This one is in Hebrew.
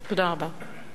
תודה רבה.